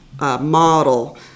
model